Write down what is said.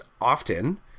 often